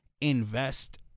invest